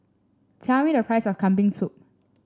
tell me the price of Kambing Soup